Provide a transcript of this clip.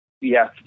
yes